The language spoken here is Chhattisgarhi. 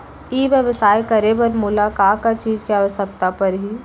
ई व्यवसाय करे बर मोला का का चीज के आवश्यकता परही?